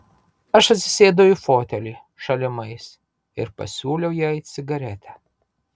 aš atsisėdau į fotelį šalimais ir pasiūliau jai cigaretę